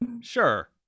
sure